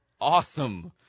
awesome